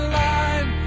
line